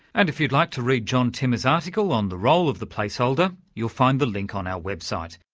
and if you'd like to read john timmer's article on the role of the placeholder, you'll find the link on our website.